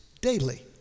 daily